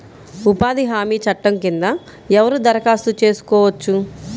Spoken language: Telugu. ఉపాధి హామీ చట్టం కింద ఎవరు దరఖాస్తు చేసుకోవచ్చు?